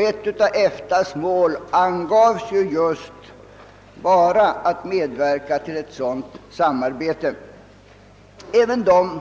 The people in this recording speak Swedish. Ett av EFTA:s mål angavs ju just vara att medverka : till ett sådant samarbete. även de